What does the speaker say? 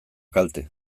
kalte